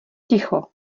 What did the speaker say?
ticho